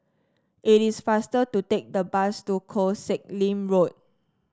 it is faster to take the bus to Koh Sek Lim Road